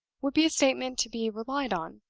would be a statement to be relied on,